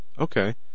Okay